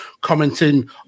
commenting